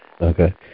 Okay